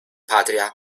patria